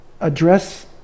address